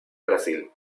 brasil